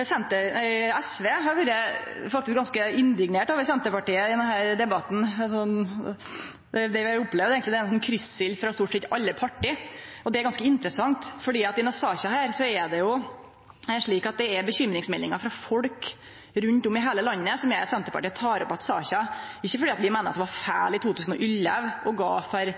SV har faktisk vore ganske indignert over Senterpartiet i denne debatten. Det vi har opplevd, er eigentleg ein krysseld frå stort sett alle parti, og det er ganske interessant, for i denne saka er det jo slik at det er bekymringsmeldingar frå folk rundt om i heile landet som gjer at Senterpartiet tek opp att saka – ikkje fordi vi meiner det var feil i 2011 å gå for